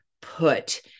put